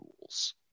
rules